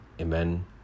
Amen